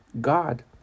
God